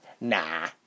Nah